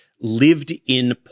lived-in